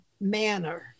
manner